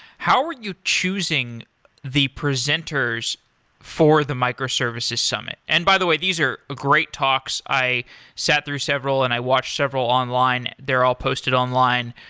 how are you choosing the presenters for the microservices summit? and by by the way, these are great talks. i sat through several and i watched several online. they are all posted online,